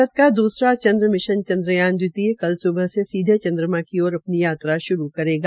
भारत का दस्रा चनद्रयान मिशन चन्द्रयान दवितीय कल सुबह से सीधे चन्द्रमा की ओर अपनी यात्रा श्रू करेगा